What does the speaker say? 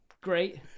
Great